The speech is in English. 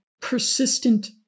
persistent